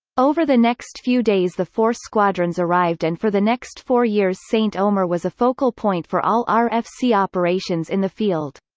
over the next few days the four squadrons arrived and for the next four years saint-omer was a focal point for all rfc operations in the field.